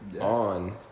on